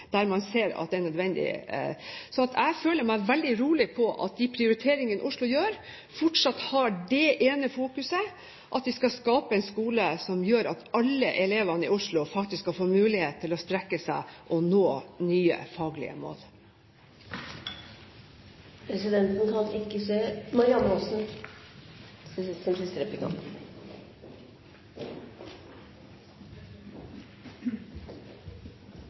der man ser at det er nødvendig. Jeg føler meg veldig rolig på at de prioriteringer Oslo gjør, fortsatt har det ene fokuset at de skal skape en skole som gjør at alle elevene i Oslo faktisk skal få mulighet til å strekke seg og nå nye faglige mål. Jeg har lyst til